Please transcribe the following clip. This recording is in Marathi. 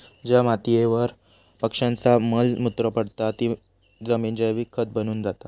ज्या मातीयेवर पक्ष्यांचा मल मूत्र पडता ती जमिन जैविक खत बनून जाता